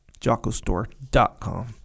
jockostore.com